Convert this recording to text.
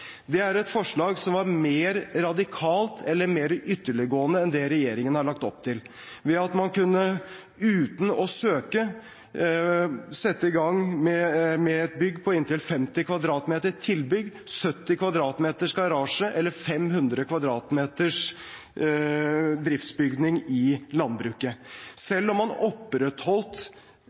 Det er et forslag som var mer radikalt eller mer ytterliggående enn det regjeringen har lagt opp til, ved at man uten å søke kunne sette i gang å bygge inntil 50 m2 tilbygg, 70 m2garasje eller 500 m2driftsbygning i landbruket. Selv om man